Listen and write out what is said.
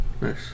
Nice